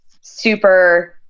super